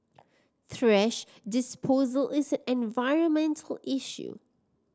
thrash disposal is an environmental issue